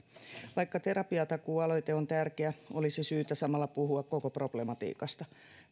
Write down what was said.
vaikka terapiatakuu aloite on tärkeä olisi syytä samalla puhua koko problematiikasta